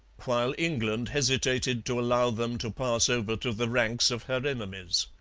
while england hesitated to allow them to pass over to the ranks of her enemies.